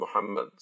Muhammad